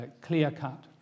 clear-cut